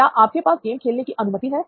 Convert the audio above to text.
क्या आपके पास गेम खेलने की अनुमति है